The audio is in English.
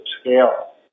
scale